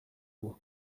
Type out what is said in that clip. vous